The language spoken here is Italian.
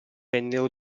vennero